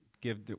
give